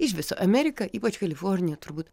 iš viso amerika ypač kalifornija turbūt